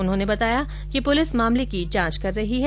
उन्होंने बताया कि पुलिस मामले की जांच कर रही है